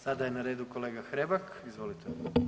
Sada je na redu kolega Hrebak, izvolite.